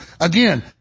again